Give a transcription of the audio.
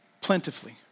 plentifully